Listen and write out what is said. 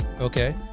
Okay